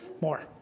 More